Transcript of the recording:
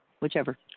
whichever